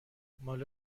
مال